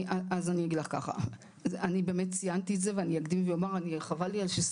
אני אגיד לך ככה: אני באמת ציינתי את זה,